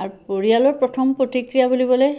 আৰু পৰিয়ালৰ প্ৰথম প্ৰতিক্ৰিয়া বুলিবলৈ